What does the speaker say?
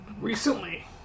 recently